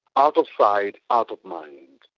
out of sight, out of mind.